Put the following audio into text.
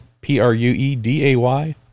p-r-u-e-d-a-y